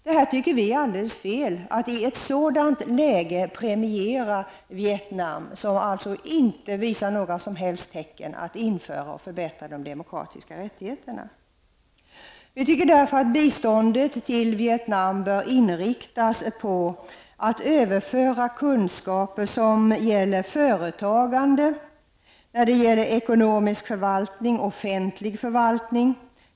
Vi tycker det är helt fel att i ett sådant läge premiera Vietnam, som alltså inte visar några som helst tecken på att vilja införa demokratiska rättigheter och åstadkomma en förbättring. Vi tycker därför att biståndet till Vietnam bör inriktas på en överföring av kunskaper när det gäller företagande samt ekonomisk och offentlig förvaltning.